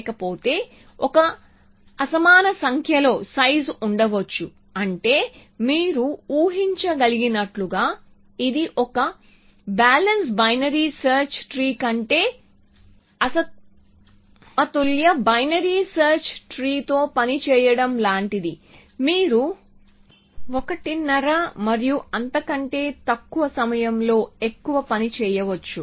లేకపోతే ఒక అసమాన సంఖ్యలో సైజు ఉండవచ్చు అంటే మీరు ఊహించ గలిగినట్లుగా ఇది ఒక బ్యాలెన్స్ బైనరీ సెర్చ్ ట్రీ కంటే అసమతుల్య బైనరీ సెర్చ్ ట్రీతో పని చేయడం లాంటిది మీరు ఒకటిన్నర మరియు అంతకంటే తక్కువ సమయంలో ఎక్కువ పని చేయవచ్చు